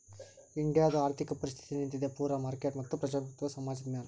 ಇಂಡಿಯಾದು ಆರ್ಥಿಕ ಪರಿಸ್ಥಿತಿ ನಿಂತಿದ್ದೆ ಪೂರಾ ಮಾರ್ಕೆಟ್ ಮತ್ತ ಪ್ರಜಾಪ್ರಭುತ್ವ ಸಮಾಜದ್ ಮ್ಯಾಲ